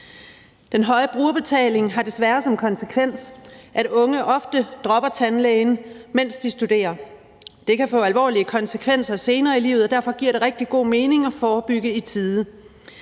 Den høje brugerbetaling har desværre som konsekvens, at unge ofte dropper tandlægen, mens de studerer. Det kan få alvorlige konsekvenser senere i livet, og derfor giver det rigtig god mening at forebygge i tide.